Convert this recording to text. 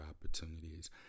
opportunities